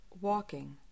walking